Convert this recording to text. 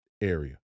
area